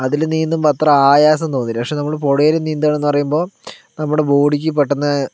അതിൽ നീന്തുമ്പോൾ അത്ര ആയാസം തോന്നില്ല പക്ഷേ നമ്മൾ പുഴയിലെ നീന്തുകയാണെന്ന് പറയുമ്പോൾ നമ്മുടെ ബോഡിക്ക് പെട്ടെന്ന്